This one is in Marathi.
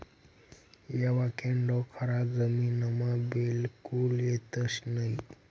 एवाकॅडो खारा जमीनमा बिलकुल येतंस नयी